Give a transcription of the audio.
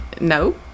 no